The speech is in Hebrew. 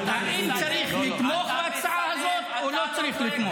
האם צריך לתמוך בהצעה הזאת או לא צריך לתמוך?